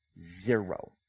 Zero